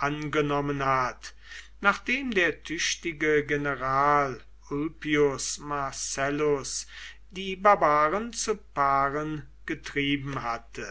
angenommen hat nachdem der tüchtige general ulpius marcellus die barbaren zu paaren getrieben hatte